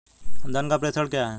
धन का प्रेषण क्या है?